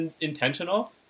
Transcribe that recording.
intentional